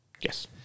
Yes